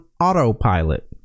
autopilot